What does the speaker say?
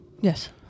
Yes